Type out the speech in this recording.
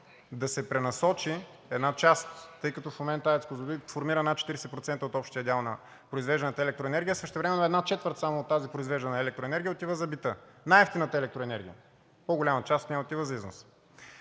да се пренасочи една част, тъй като в момента АЕЦ „Козлодуй“ формира над 40% от общия дял на произвежданата електроенергия, а същевременно една четвърт само от тази произвеждана електроенергия отива за бита, най-евтината електроенергия, по голяма част от нея отива за износ.